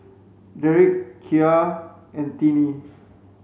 Derrick Kya and Tinie